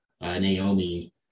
Naomi